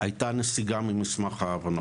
הייתה נסיגה ממסמך ההבנות.